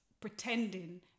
pretending